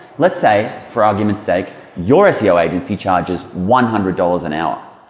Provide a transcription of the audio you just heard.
let's say for argument's sake your seo agency charges one hundred dollars an hour.